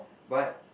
but